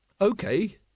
Okay